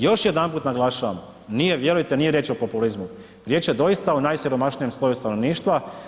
Još jedanput naglašavam, nije vjerujte nije riječ o populizmu, riječ je doista o najsiromašnijem sloju stanovništva.